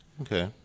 Okay